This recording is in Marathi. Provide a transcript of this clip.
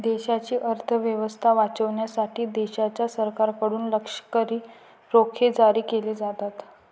देशाची अर्थ व्यवस्था वाचवण्यासाठी देशाच्या सरकारकडून लष्करी रोखे जारी केले जातात